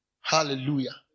Hallelujah